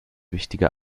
wichtige